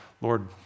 Lord